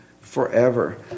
forever